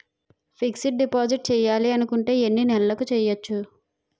Fixed deposit చేయాలి అనుకుంటే ఎన్నే నెలలకు చేయొచ్చు?